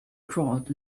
crawled